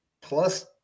plus